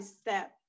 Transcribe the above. step